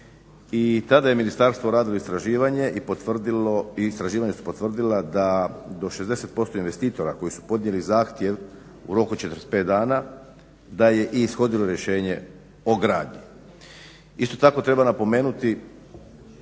i tada je ministarstvo radilo istraživanje i istraživanja su potvrdila da do 60% investitora koji su podnijeli zahtjev u roku od 45 dana da je i ishodilo rješenje o gradnji. Isto tako treba napomenuti